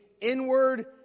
inward